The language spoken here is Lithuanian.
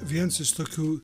viens iš tokių